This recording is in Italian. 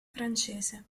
francese